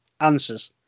answers